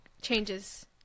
changes